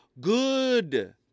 good